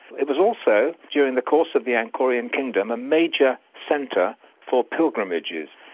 it was also, during the course of the angkorean kingdom, a major centre for pilgrimages.